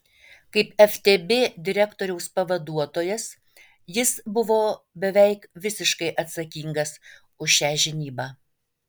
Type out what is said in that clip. kaip ftb direktoriaus pavaduotojas jis buvo beveik visiškai atsakingas už šią žinybą